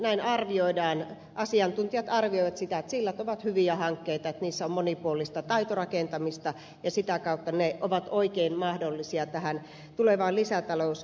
näin arvioidaan asiantuntijat arvioivat sitä että sillat ovat hyviä hankkeita että niissä on monipuolista taitorakentamista ja sitä kautta ne ovat oikein mahdollisia tähän tulevaan lisätalousarvioon